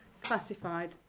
classified